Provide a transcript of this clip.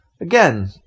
Again